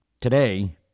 Today